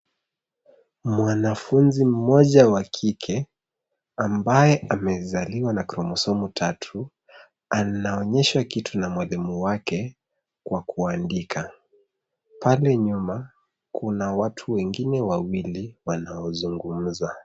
Mwanafunzi mmoja wa kike, ambaye amezaliwa na kromosomu tatu, anaonyeshwa kitu na mwalimu wake kwa kuandika. Pale nyuma, kuna watu wengine wawili wanaozungumza.